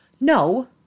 no